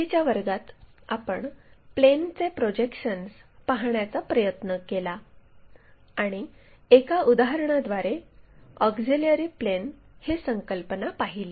आधीच्या वर्गात आपण प्लेनचे प्रोजेक्शन्स पाहण्याचा प्रयत्न केला आणि एका उदाहरणाद्वारे ऑक्झिलिअरी प्लेन ही संकल्पना पाहिली